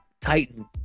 Titan